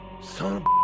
Son